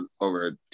over